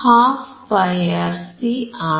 12πRC ആണ്